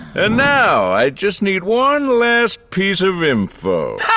and now i just need one last piece of info.